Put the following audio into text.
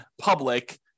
public